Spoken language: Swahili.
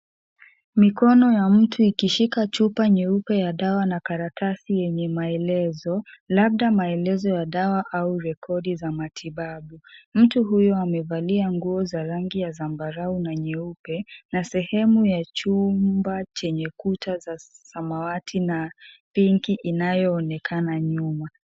Mikono ya mtu ikishika chupa nyeupe ya dawa na karatasi yenye maelezo, labda maelezo ya dawa au rekodi za matibabu. Mtu huyu amevalia nguo za rangi ya zambarau na nyeupe na sehemu ya chumba, chenye kuta za samawati na pinki inayoonekana nyuma.